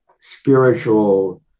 spiritual